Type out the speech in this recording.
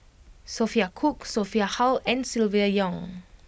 Sophia Cooke Sophia Hull and Silvia Yong